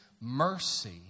mercy